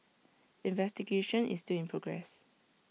investigation is still in progress